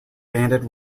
banded